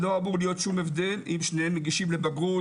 לא אמור להיות שום הבדל אם שניהם מגיעים לבגרות